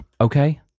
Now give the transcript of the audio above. Okay